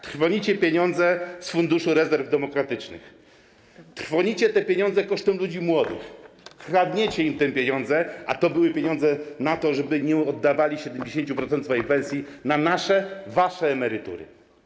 Trwonicie pieniądze z Funduszu Rezerwy Demograficznej, trwonicie te pieniądze kosztem ludzi młodych, kradniecie im te pieniądze, a to były pieniądze na to, żeby nie oddawali 70% swojej pensji na nasze, wasze emerytury.